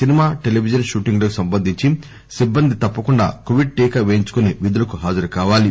cinema television shooting లకు సంబంధించి సిబ్బంది తప్పకుండా కోవిడ్ టీకా పేయించుకుని విధులకు హాజరుకావాలి